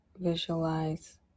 visualize